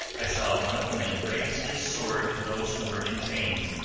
i saw one of the men raise his sword to those who were in chains,